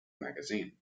magazine